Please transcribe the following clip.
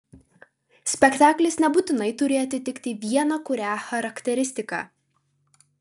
spektaklis nebūtinai turi atitikti vieną kurią charakteristiką